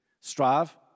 Strive